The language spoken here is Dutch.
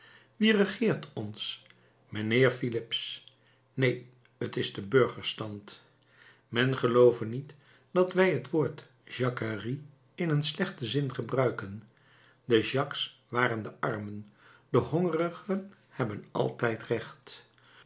wie regeert ons mijnheer filips neen t is de burgerstand men geloove niet dat wij het woord jacquerie in een slechten zin gebruiken de jacques waren de armen de hongerigen hebben altijd recht